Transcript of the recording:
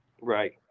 Right